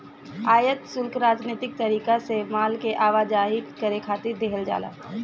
आयात शुल्क राजनीतिक तरीका से माल के आवाजाही करे खातिर देहल जाला